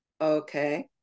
okay